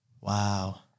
Wow